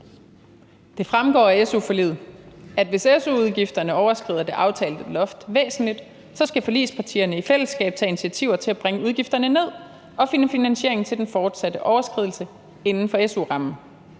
Det fremgår af su-forliget, at hvis su-udgifterne overskrider det aftalte loft væsentligt, skal forligspartierne i fællesskab tage initiativer til at bringe udgifterne ned og finde finansiering til den fortsatte overskridelse inden for su-rammen.